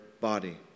body